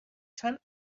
چند